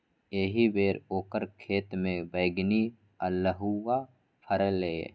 एहिबेर ओकर खेतमे बैगनी अल्हुआ फरलै ये